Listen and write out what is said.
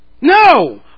No